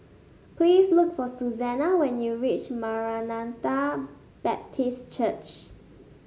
please look for Susana when you reach Maranatha Baptist Church